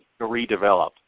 redevelop